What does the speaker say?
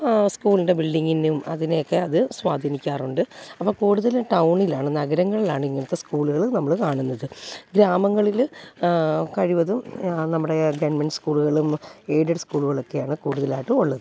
ആ സ്കൂളിൻ്റെ ബിൽഡിങ്ങിനും അതിനെ ഒക്കെ അത് സ്വാധീനിക്കാറുണ്ട് അപ്പോള് കൂടുതല് ടൗണിലാണ് നഗരങ്ങളിലാണിങ്ങനത്തെ സ്കൂളുകള് നമ്മള് കാണുന്നത് ഗ്രാമങ്ങളില് കഴിവതും നമ്മുടെ ആ ഗവൺമെൻറ്റ് സ്കൂളുകളും എയ്ഡഡ് സ്കൂളുകളൊക്കെയാണ് കൂടുതലായിട്ടും ഉള്ളത്